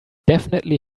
definitely